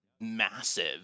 massive